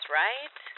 right